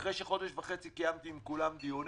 אחרי שחודש וחצי קיימתי עם כולם דיונים